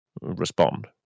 respond